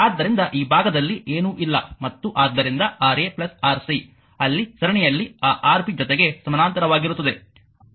ಆದ್ದರಿಂದ ಈ ಭಾಗದಲ್ಲಿ ಏನೂ ಇಲ್ಲ ಮತ್ತು ಆದ್ದರಿಂದ Ra Rc ಅಲ್ಲಿ ಸರಣಿಯಲ್ಲಿ ಆ Rb ಜೊತೆಗೆ ಸಮಾನಾಂತರವಾಗಿರುತ್ತದೆ